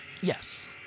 Yes